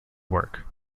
work